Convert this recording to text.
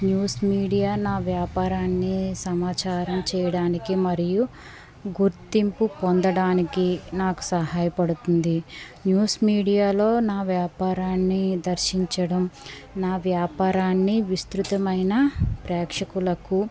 news media నా వ్యాపారాన్ని సమాచారం చేయడానికి మరియు గుర్తింపు పొందడానికి నాకు సహాయపడుతుంది న్యూస్ మీడియాలో నా వ్యాపారాన్ని దర్శించడం నా వ్యాపారాన్ని విస్తృతమైన ప్రేక్షకులకు